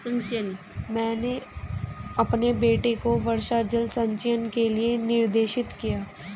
मैंने अपने बेटे को वर्षा जल संचयन के लिए निर्देशित किया